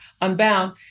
Unbound